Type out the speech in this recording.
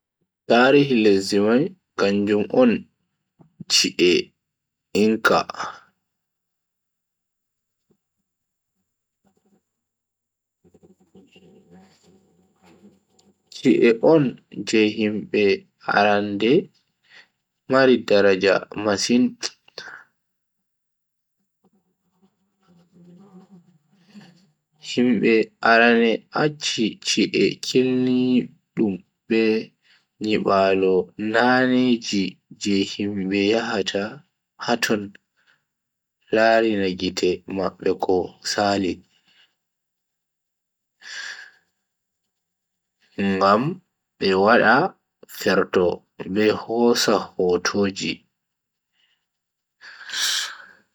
Tarihi lesdi mai kanjum on chi'e inca. chi'e on je himbe arande je mari daraja masin. himbe arande acchi chi'e kilnidum be nyibaalu nane ji je himbe yahata haton larina gite mabbe ko sali. ngam be wada ferto be hosa hotoji.